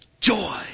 Joy